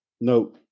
No